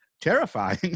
Terrifying